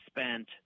spent